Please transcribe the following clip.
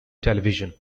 television